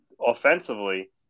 offensively